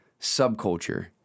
subculture